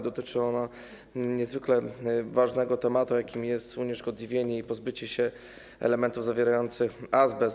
Dotyczy ono niezwykle ważnego tematu, jakim jest unieszkodliwienie i pozbycie się elementów zawierających azbest.